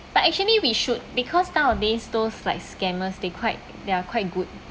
but actually we should because nowadays those like scammers they quite they are quite good